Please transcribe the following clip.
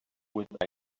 with